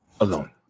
alone